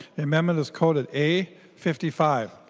the amendment is coded a fifty five